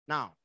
Now